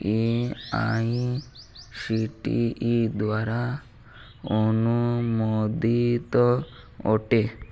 A I C T E ଦ୍ଵାରା ଅନୁମୋଦିତ ଅଟେ